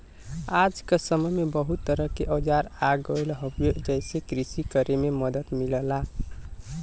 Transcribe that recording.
आज क समय में बहुत तरह क औजार आ गयल हउवे जेसे कृषि करे में मदद मिलला